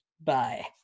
Bye